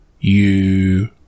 you-